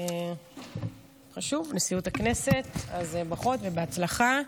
חשוב, נשיאות הכנסת, אז ברכות ובהצלחה.